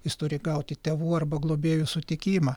jis turi gauti tėvų arba globėjų sutikimą